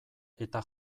eta